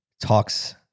Talks